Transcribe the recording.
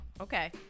okay